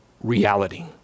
reality